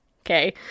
Okay